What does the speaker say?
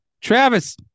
Travis